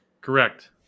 Correct